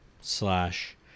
slash